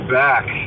back